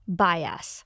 bias